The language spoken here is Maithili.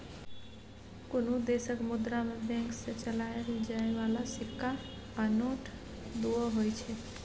कुनु देशक मुद्रा मे बैंक सँ चलाएल जाइ बला सिक्का आ नोट दुओ होइ छै